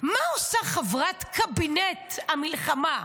מה עושה חברת קבינט המלחמה,